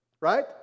right